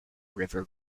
river